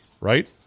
right